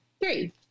three